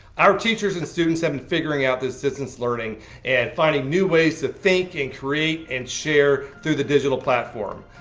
our teachers and students have been figuring out this distance learning and finding new ways to think and create and share through the digital platform.